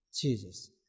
Jesus